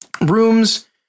rooms